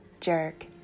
jerk